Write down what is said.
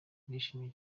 ndishimye